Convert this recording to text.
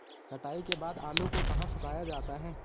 कटाई के बाद आलू को कहाँ सुखाया जाता है?